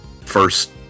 first